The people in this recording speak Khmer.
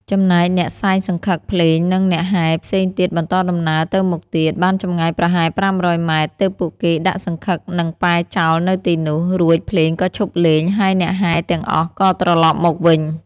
ចំណែកអ្នកសែងសង្ឃឹក ភ្លេង និងអ្នកហែផ្សេងទៀតបន្តដំណើរទៅមុខទៀត បានចម្ងាយប្រហែល ៥០០ ម៉ែត្រ ទើបពួកគេដាក់សង្ឃឹកនិងពែចោលនៅទីនោះ រួចភ្លេងក៏ឈប់លេង ហើយអ្នកហែទាំងអស់ក៏ត្រឡប់មកវិញ។